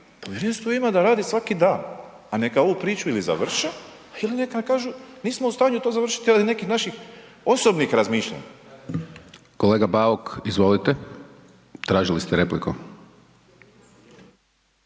povjerenstvo ima da radi svaki dan pa neka ovu priču ili završe ili neka kažu nismo u stanju to završiti radi nekih naših osobnih razmišljanja. **Hajdaš Dončić, Siniša (SDP)**